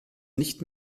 nicht